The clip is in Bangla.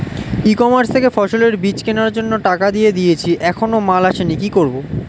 ই কমার্স থেকে ফসলের বীজ কেনার জন্য টাকা দিয়ে দিয়েছি এখনো মাল আসেনি কি করব?